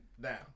down